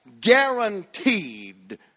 guaranteed